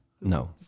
No